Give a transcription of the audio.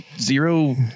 Zero